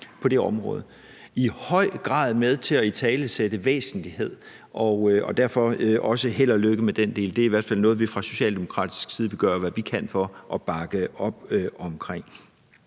i høj grad med til at italesætte væsentlighed, så derfor også held og lykke med den del; det er i hvert fald noget, vi fra socialdemokratisk side vil gøre alt, hvad vi kan, for at bakke op omkring.